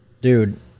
Dude